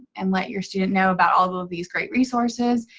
and let your student know about all of ah of these great resources.